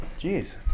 jeez